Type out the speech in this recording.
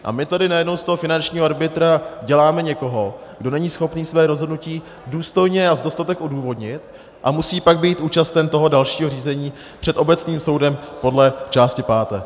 A my tady najednou z toho finančního arbitra děláme někoho, kdo není schopný své rozhodnutí důstojně a sdostatek odůvodnit a musí pak být účasten toho dalšího řízení před obecným soudem podle části páté.